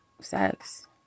sex